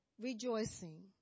rejoicing